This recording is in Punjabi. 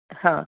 ਹਾਂ